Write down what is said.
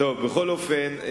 בכל אופן,